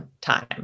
time